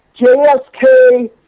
JSK